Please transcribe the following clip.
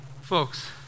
Folks